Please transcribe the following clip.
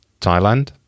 Thailand